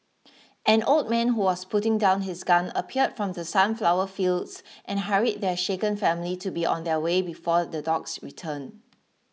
an old man who was putting down his gun appeared from the sunflower fields and hurried the shaken family to be on their way before the dogs return